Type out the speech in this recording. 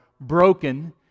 broken